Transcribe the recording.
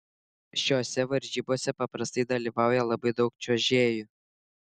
šiose varžybos paprastai dalyvauja labai daug čiuožėjų